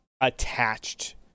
attached